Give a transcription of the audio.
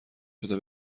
شده